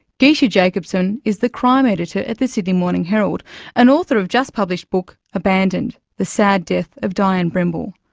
geesche jacobsen is the crime editor at the sydney morning herald and author of just-published book, abandoned the sad death of dianne brimble.